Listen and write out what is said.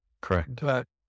Correct